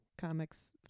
comics